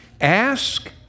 Ask